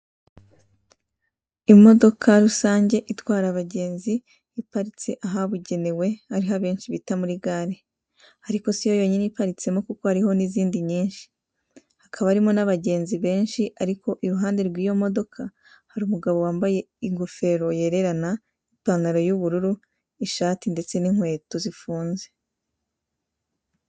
Imodoka rusange itwara abagenzi, iparitse ahabugenewe ariho abenshi bita muri gare, ariko si yo yonyine iparitsemo kuko harimo n'izindi nyinshi, hakaba harimo n'abagenzi benshi, ariko iruhande rw'iyo modoka hari umugabo wambaye ingofero yererana, ipantaro y'ubururu, ishati ndetse n'inkweto zifunze.